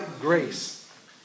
grace